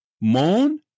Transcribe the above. Moan